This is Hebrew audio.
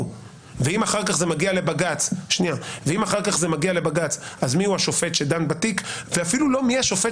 ואם אחר כך זה מגיע לבג"ץ אז מי הוא השופט שדן בתיק ואפילו לא מי השופט